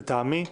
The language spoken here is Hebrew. לטעמי.